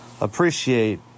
appreciate